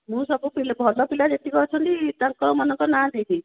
ମୁଁ ସବୁ ଭଲ ପିଲା ଯେତିକି ଅଛନ୍ତି ତାଙ୍କମାନଙ୍କ ନାଁ ଦେଇଦେଇଛି